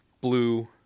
blue